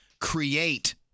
create